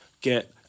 get